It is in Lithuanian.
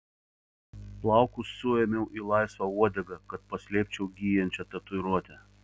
plaukus suėmiau į laisvą uodegą kad paslėpčiau gyjančią tatuiruotę